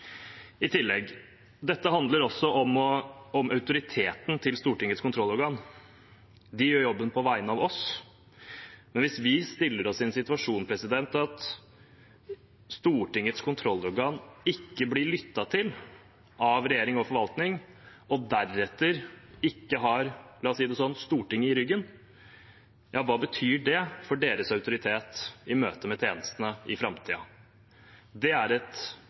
I tillegg: Dette handler også om autoriteten til Stortingets kontrollorgan. De gjør jobben på vegne av oss. Men hvis vi stiller oss i den situasjonen at Stortingets kontrollorgan ikke blir lyttet til av regjering og forvaltning og deretter ikke har – la oss si det sånn – Stortinget i ryggen, ja hva betyr det for deres autoritet i møte med tjenestene i framtiden? Det er et